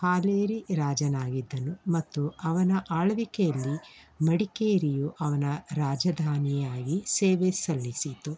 ಹಾಲೇರಿ ರಾಜನಾಗಿದ್ದನು ಮತ್ತು ಅವನ ಆಳ್ವಿಕೆಯಲ್ಲಿ ಮಡಿಕೇರಿಯು ಅವನ ರಾಜಧಾನಿಯಾಗಿ ಸೇವೆ ಸಲ್ಲಿಸಿತು